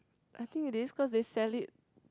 I think it is cause they sell it